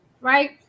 Right